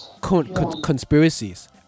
conspiracies